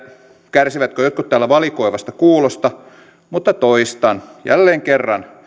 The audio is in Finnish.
kärsivätkö jotkut täällä valikoivasta kuulosta mutta toistan jälleen kerran